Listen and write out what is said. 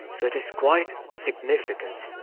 so it is quite significant.